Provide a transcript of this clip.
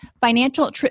financial